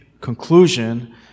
conclusion